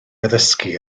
addysgu